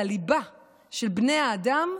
לליבה של בני האדם,